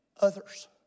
others